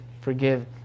forgive